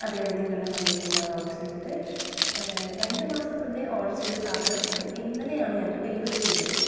അതെ നിങ്ങളുടെ കമ്പനിയിൽ നിന്നാണ് ഓർഡർ ചെയ്തത് രണ്ട് മാസം മുൻപേ ഓർഡർ ചെയ്ത സാധനം ഇന്നലെയാണ് ഞങ്ങൾക്ക് ഡെലിവറി ചെയ്യുന്നത് അ